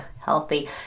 healthy